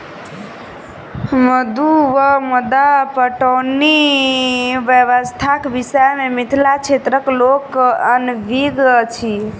मद्दु वा मद्दा पटौनी व्यवस्थाक विषय मे मिथिला क्षेत्रक लोक अनभिज्ञ अछि